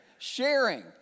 sharing